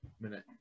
minute